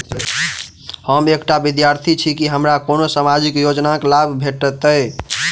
हम एकटा विद्यार्थी छी, की हमरा कोनो सामाजिक योजनाक लाभ भेटतय?